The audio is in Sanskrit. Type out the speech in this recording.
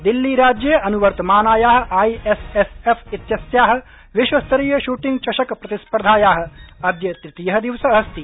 दिल्ली राज्ये अनुवर्तमानाया आईएसएफ इत्यस्या विश्वस्तरीय शूटिग चषक प्रतिस्पर्धाया अद्य तृतीय दिवस अस्ति